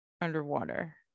underwater